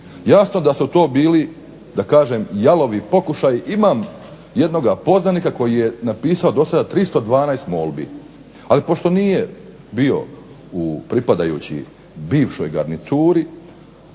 jasno da su to bili jalovi pokušaji. Imam jednog poznanika koji je napisao do sada 312 molbi, ali pošto nije bio u pripadajući bivšoj garnituri